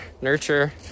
nurture